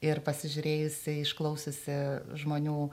ir pasižiūrėjusi išklausiusi žmonių